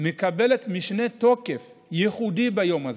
מקבלות משנה תוקף ייחודי ביום הזה.